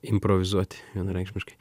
improvizuoti vienareikšmiškai